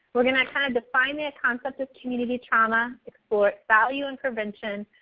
we're going to kind of define that concept of community trauma, explore it's value in prevention,